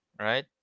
right